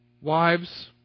Wives